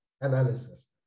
analysis